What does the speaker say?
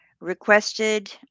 requested